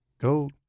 go